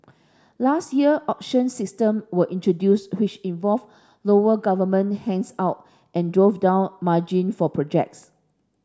last year auction system were introduced which involved lower government handout and drove down margin for projects